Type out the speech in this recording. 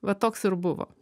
va toks ir buvo